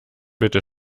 bitte